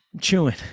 chewing